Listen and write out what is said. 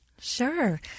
Sure